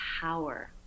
power